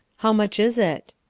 how much is it?